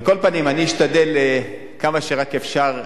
על כל פנים, אני אשתדל כמה שרק אפשר.